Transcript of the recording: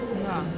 ya